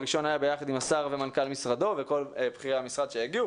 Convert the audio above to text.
הראשון היה ביחד עם השר ומנכ"ל משרדו וכל בכירי המשרד שהגיעו.